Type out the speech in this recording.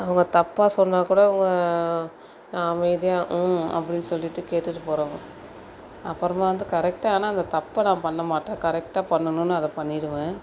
அவங்க தப்பாக சொன்னால் கூட அவங்க நான் அமைதியாக ம் அப்படின்னு சொல்லிட்டு கேட்டுட்டு போறேம் அப்புறமா வந்து கரெக்டாக ஆனால் அந்த தப்பை நான் பண்ண மாட்டேன் கரெக்டாக பண்ணணும்ன்னு அதை பண்ணிவிடுவேன்